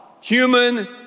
human